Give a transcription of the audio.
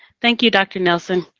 thank you, dr. nelson.